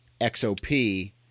XOP